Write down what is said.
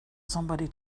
somebody